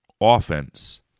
offense